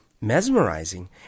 mesmerizing